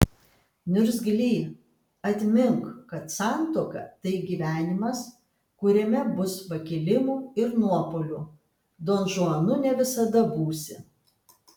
niurgzly atmink kad santuoka tai gyvenimas kuriame bus pakilimų ir nuopuolių donžuanu ne visada būsi